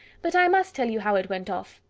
but i must tell you how it went off.